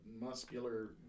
Muscular